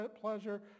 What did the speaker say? pleasure